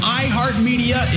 iHeartMedia